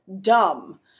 dumb